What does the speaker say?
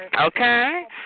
Okay